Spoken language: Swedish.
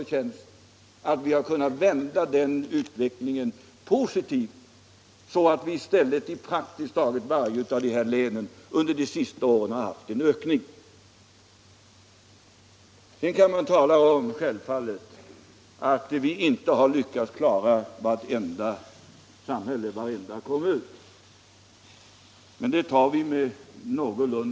Utvecklingen har vänt i positiv riktning så att vi under de senaste åren haft en ökning av sysselsättningen i praktiskt taget alla dessa län. Man kan självfallet säga att vi inte har lyckats lösa sysselsättningsfrågorna i varje enskilt samhälle eller varje enskild kommun.